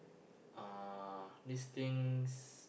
uh these things